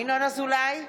ינון אזולאי,